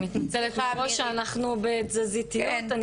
אני מתנצלת מראש שאנחנו ככה בתזזיתיות.